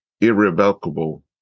irrevocable